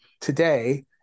today